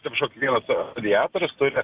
atsiprašau kiekvienas radiatorius turi